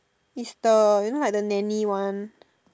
is the you know like the nanny one